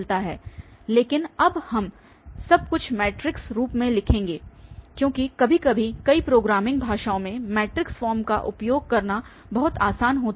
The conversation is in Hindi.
लेकिन अब हम सब कुछ मैट्रिक्स रूप में लिखेंगे क्योंकि कभी कभी कई प्रोग्रामिंग भाषाओं में मैट्रिक्स फॉर्म का उपयोग करना बहुत आसान होता है